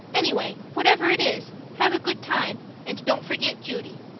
anyway, whatever it is, have a good time and don't forget judy.